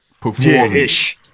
performance